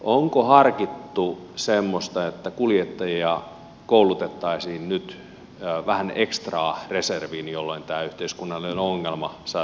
onko harkittu semmoista että kuljettajia koulutettaisiin nyt vähän ekstraa reserviin jolloin tämä yhteiskunnallinen ongelma saataisiin hoidettua